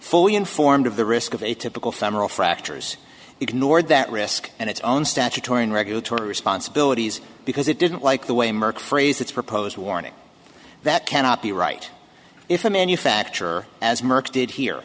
fully informed of the risk of atypical femoral fractures ignored that risk and its own statutory and regulatory responsibilities because it didn't like the way merck phrase its proposed warning that cannot be right if a manufacturer as merck did here